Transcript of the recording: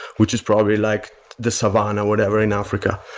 which is probably like the savanna, whatever, in africa.